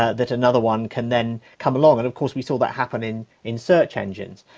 ah that another one can then come along. and of course we saw that happen in in search engines.